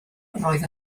roedd